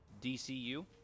DCU